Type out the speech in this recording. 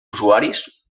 usuaris